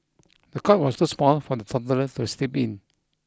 the cot was too small for the toddler to sleep in